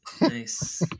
Nice